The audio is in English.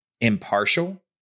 impartial